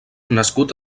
nascut